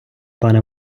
пане